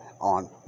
on